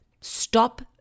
stop